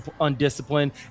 undisciplined